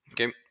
Okay